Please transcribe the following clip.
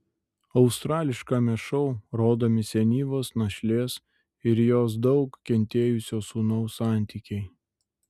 australiškame šou rodomi senyvos našlės ir jos daug kentėjusio sūnaus santykiai